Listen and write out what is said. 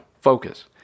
Focus